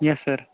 yes sir